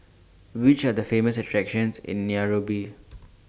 Which Are The Famous attractions in Nairobi